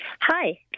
Hi